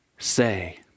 say